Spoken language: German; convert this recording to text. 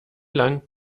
lang